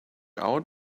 out